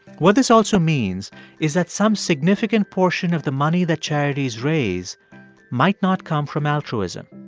what this also means is that some significant portion of the money that charities raise might not come from altruism.